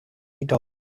dollars